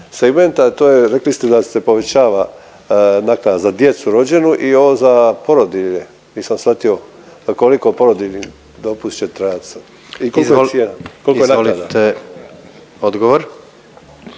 to je rekli ste da se povećava naknada za djecu rođenu i ovo za porodiljne, nisam svatio koliki porodiljni dopust će trajat sad …/Govornici govore